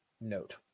note